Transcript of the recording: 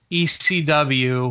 ecw